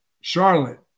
Charlotte